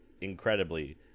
Incredibly